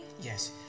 yes